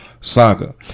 saga